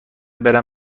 برم